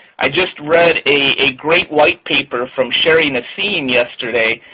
i just read a great white paper from sheri nasim yesterday,